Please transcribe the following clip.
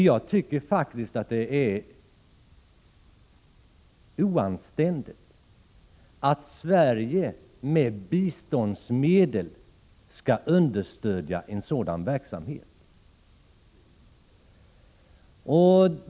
Jag tycker faktiskt att det är oanständigt att Sverige med biståndsmedel skall understödja en sådan verksamhet.